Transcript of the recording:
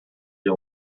you